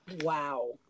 Wow